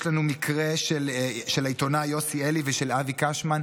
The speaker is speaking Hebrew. יש לנו מקרה של העיתונאי יוסי אלי ושל אבי קשמן,